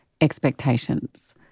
expectations